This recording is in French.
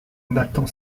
nathan